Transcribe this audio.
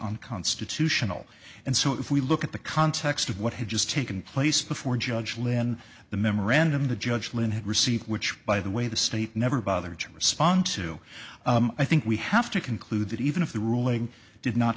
unconstitutional and so if we look at the context of what had just taken place before judge lynn the memorandum the judge lynn had received which by the way the state never bothered to respond to i think we have to conclude that even if the ruling did not